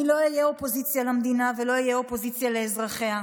אני לא אהיה אופוזיציה למדינה ולא אהיה אופוזיציה לאזרחיה.